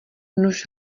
nuž